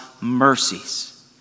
mercies